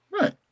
right